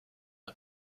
n’a